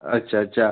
अच्छा अच्छा